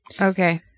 Okay